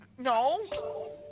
No